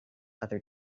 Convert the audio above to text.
other